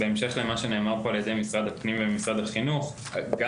בהמשך למה שנאמר פה על ידי משרד הפנים ומשרד החינוך גם